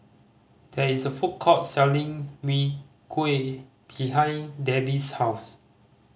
there is a food court selling Mee Kuah behind Debby's house